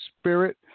Spirit